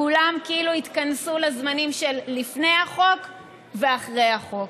כולם כאילו התכנסו לזמנים של לפני החוק ואחרי החוק,